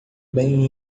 bem